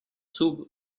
sub